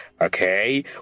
okay